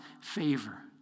favor